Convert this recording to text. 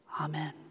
Amen